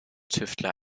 tüftler